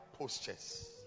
postures